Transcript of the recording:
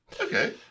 Okay